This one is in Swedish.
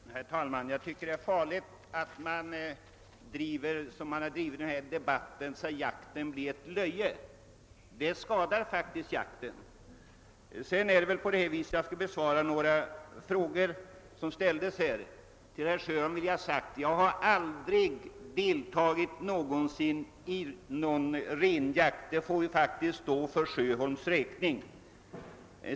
Herr talman! Jag tycker det är farligt att föra debatten som den har förts här, så att jakten framstår som någonting löjligt. Det skadar faktiskt jakten. Jag skall besvara några frågor som har ställts här. Till herr Sjöholm vill jag säga att jag aldrig någonsin har deltagit i någon renjakt — det uttalandet får stå för herr Sjöholms räkning.